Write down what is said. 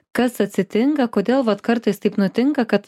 kas atsitinka kodėl vat kartais taip nutinka kad